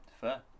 Fair